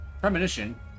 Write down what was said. Premonition